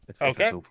Okay